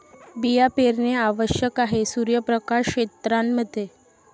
बिया पेरणे आवश्यक आहे सूर्यप्रकाश क्षेत्रां मध्ये